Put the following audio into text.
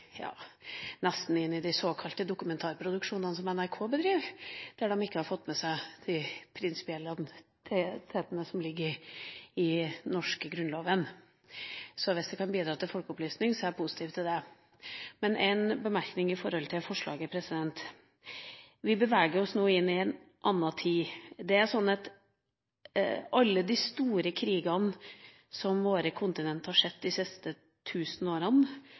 nesten kan gå inn i de såkalte dokumentarproduksjonene til NRK, som ikke har fått med seg det prinsipielle som ligger i den norske grunnloven. Så hvis det kan bidra til folkeopplysning, er jeg positiv til det. Så en bemerkning til forslaget. Vi beveger oss nå inn i en annen tid. Alle de store krigene som vårt kontinent har sett de siste